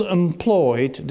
employed